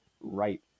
right